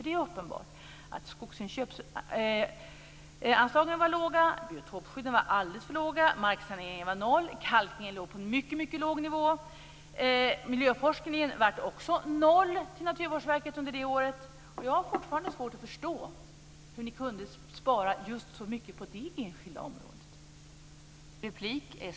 Det är uppenbart att skogsinköpsanslagen var låga, att biotopskydden var alldeles för låga, att marksaneringen var noll och att kalkningen låg på en mycket låg nivå. Anslagen till Naturvårdsverket för miljöforskning var också noll under det året. Jag har fortfarande svårt att förstå hur ni kunde spara så mycket just på det enskilda området.